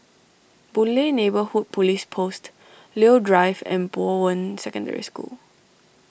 Boon Lay Neighbourhood Police Post Leo Drive and Bowen Secondary School